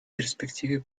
перспективе